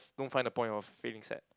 don't find the point of feeling sad